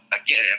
again